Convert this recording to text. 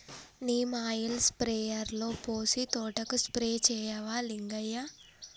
neem oil స్ప్రేయర్లో పోసి తోటకు స్ప్రే చేయవా లింగయ్య